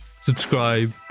subscribe